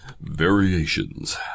Variations